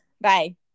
Bye